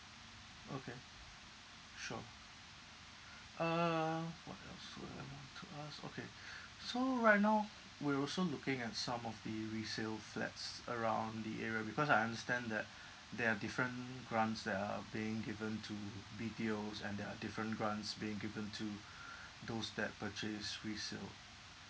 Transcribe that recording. okay sure uh what else would I want to ask okay so right now we're also looking at some of the resale flats around the area because I understand that there are different grants that are being given to B_T_Os and there are different grants being given to those that purchase resale